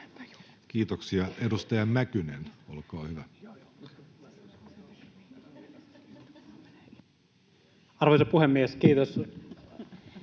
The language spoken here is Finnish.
Kiitoksia. — Edustaja Mäkynen, olkaa hyvä. Arvoisa puhemies, kiitos!